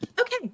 okay